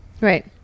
Right